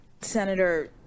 Senator